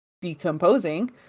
decomposing